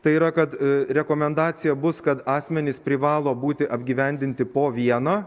tai yra kad rekomendacija bus kad asmenys privalo būti apgyvendinti po vieną